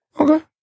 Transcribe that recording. Okay